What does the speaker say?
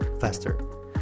faster